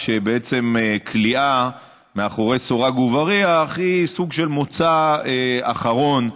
כשבעצם כליאה מאחורי סורג ובריח היא סוג של מוצא אחרון,